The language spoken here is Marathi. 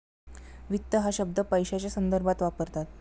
वित्त हा शब्द पैशाच्या संदर्भात वापरतात